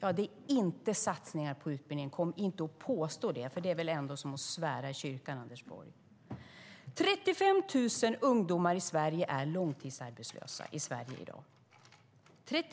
Ja, det är inte satsningar på utbildning. Kom inte och påstå det! Det är väl ändå som att svära i kyrkan, Anders Borg. 35 000 ungdomar är långtidsarbetslösa i Sverige i dag.